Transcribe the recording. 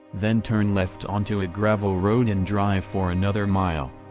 then turn left onto a gravel road and drive for another mile.